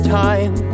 time